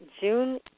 June